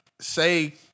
Say